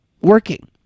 working